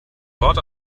wort